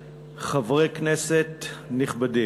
חברי כנסת נכבדים,